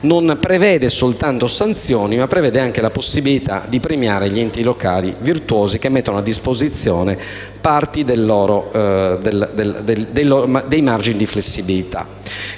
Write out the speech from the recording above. che prevede non soltanto sanzioni, ma anche la possibilità di premiare gli enti locali virtuosi che mettono a disposizione una parte del margine di flessibilità.